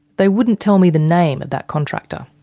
they wouldn't tell me the name of that contractor.